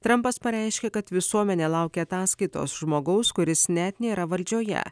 trampas pareiškė kad visuomenė laukia ataskaitos žmogaus kuris net nėra valdžioje